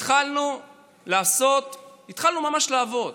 התחלנו ממש לעבוד.